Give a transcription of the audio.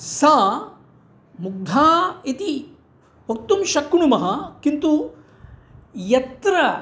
सा मुग्धा इति वक्तुं शक्नुमः किन्तु यत्र